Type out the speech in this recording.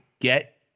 get